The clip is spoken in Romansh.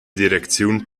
direcziun